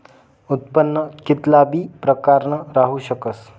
उत्पन्न कित्ला बी प्रकारनं राहू शकस